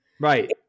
Right